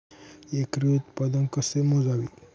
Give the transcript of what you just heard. एकरी उत्पादन कसे मोजावे?